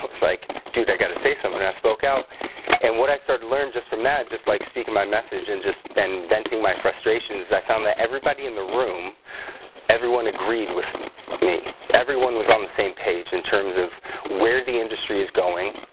i was like dude. i got to say something i spoke out and what i started learned just from that just like speaking my message and just then venting my frustrations i found that everybody in the room everyone agreed with me everyone was on the same page in terms of where the industry is going.